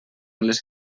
les